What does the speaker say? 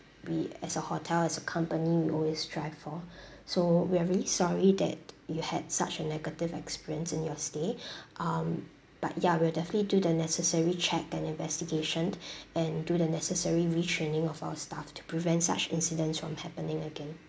we as a hotel as a company we always strive for so we are really sorry that you had such a negative experience in your stay um but ya we'll definitely do the necessary check and investigation and do the necessary retraining of our staff to prevent such incidents from happening again